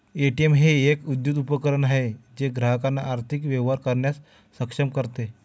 ATM हे एक विद्युत उपकरण आहे जे ग्राहकांना आर्थिक व्यवहार करण्यास सक्षम करते